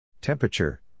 Temperature